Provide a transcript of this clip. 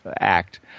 act